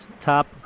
top